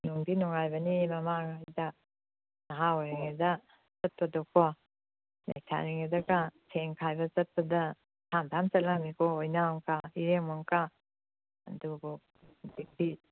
ꯅꯨꯡꯗꯤ ꯅꯨꯡꯉꯥꯏꯕꯅꯤ ꯃꯃꯥꯡꯗ ꯅꯍꯥ ꯑꯣꯏꯔꯤꯉꯩꯗ ꯆꯠꯄꯗꯣꯀꯣ ꯂꯩꯁꯥꯔꯤꯉꯩꯗꯒ ꯁꯦꯟ ꯈꯥꯏꯕ ꯆꯠꯄꯗ ꯊꯥꯞ ꯊꯥꯞꯅ ꯆꯠꯂꯝꯃꯤꯀꯣ ꯑꯣꯏꯅꯥꯝꯒ ꯏꯔꯦꯡꯕꯝꯒ ꯑꯗꯨꯕꯨ ꯍꯧꯖꯤꯛꯇꯤ